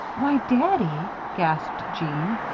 why, daddy! gasped jeanne.